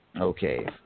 Okay